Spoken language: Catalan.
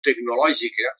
tecnològica